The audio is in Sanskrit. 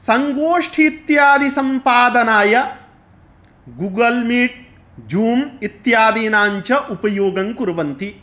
सङ्गोष्ठीत्यादिसम्पादनाय गुगल् मीट् जूम् इत्यादीनाञ्च उपयोगं कुर्वन्ति